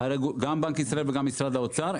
גם בנק ישראל וגם משרד האוצר,